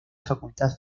facultad